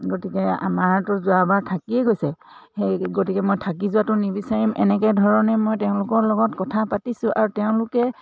গতিকে আমাৰতো যোৱাবাৰ থাকিয়েই গৈছে সেই গতিকে মই থাকি যোৱাটো নিবিচাৰিম এনেকে ধৰণে মই তেওঁলোকৰ লগত কথা পাতিছোঁ আৰু তেওঁলোকে